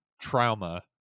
trauma